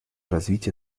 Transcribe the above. развитие